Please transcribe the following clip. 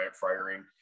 firing